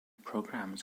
programmes